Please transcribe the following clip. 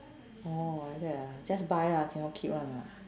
orh like that ah just buy lah cannot keep [one] ah